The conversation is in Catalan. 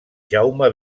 jaume